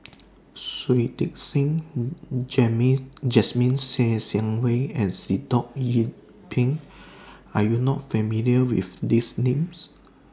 Shui Tit Sing Jasmine Ser Xiang Wei and Sitoh Yih Pin Are YOU not familiar with These Names